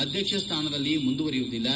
ಅಧ್ಯಕ್ಷ ಸ್ಥಾನದಲ್ಲಿ ಮುಂದುವರಿಯುವುದಿಲ್ಲ